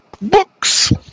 Books